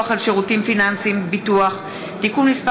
על שירותים פיננסיים (ביטוח) (תיקון מס'